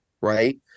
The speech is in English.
right